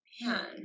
Man